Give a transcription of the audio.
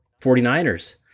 49ers